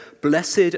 blessed